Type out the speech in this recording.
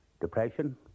depression